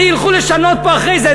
הרי ילכו לשנות פה אחרי זה,